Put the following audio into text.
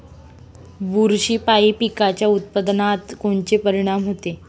बुरशीपायी पिकाच्या उत्पादनात कोनचे परीनाम होते?